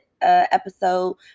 episode